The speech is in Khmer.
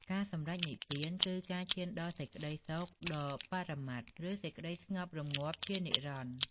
ការសម្រេចនិព្វាន គឺការឈានដល់សេចក្តីសុខដ៏បរមត្ថ ឬសេចក្តីស្ងប់រម្ងាប់ជានិរន្តរ៍។